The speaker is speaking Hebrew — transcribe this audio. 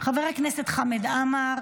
חבר הכנסת חמד עמאר,